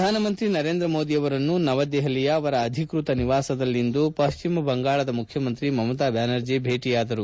ಪ್ರಧಾನಮಂತ್ರಿ ನರೇಂದ್ರ ಮೋದಿ ಅವರನ್ನು ನವದೆಪಲಿಯ ಅವರ ಅಧಿಕೃತ ನಿವಾಸದಲ್ಲಿಂದು ಪಟ್ಟಮ ಬಂಗಾಳ ಮುಖ್ಯಮಂತ್ರಿ ಮಮತಾ ಬ್ಲಾನರ್ಜಿ ಭೇಟಿಯಾದರು